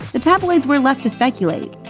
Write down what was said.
the tabloids were left to speculate.